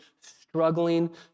struggling